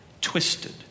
twisted